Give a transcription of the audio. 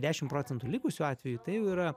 dešim procentų likusių atvejų tai jau yra